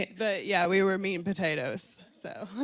but, yeah, we were meat and potatoes, so.